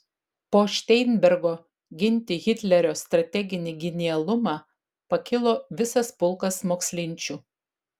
po šteinbergo ginti hitlerio strateginį genialumą pakilo visas pulkas mokslinčių